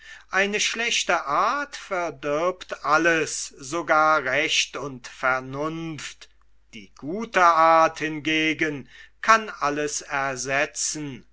eine schlechte art verdirbt alles sogar recht und vernunft die gute art hingegen kann alles ersetzen